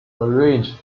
arranged